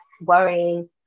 worrying